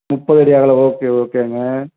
முப்பதடி அகலம் ஓகே ஓகேங்க